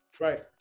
right